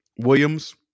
Williams